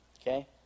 okay